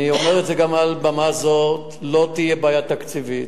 אני אומר גם מעל במה זו: לא תהיה בעיה תקציבית.